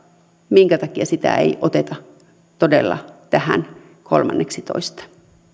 keskussairaalaa ei oteta todella tähän kolmanneksitoista